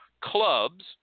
clubs